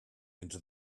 into